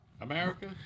America